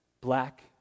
Black